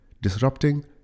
disrupting